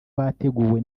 wateguwe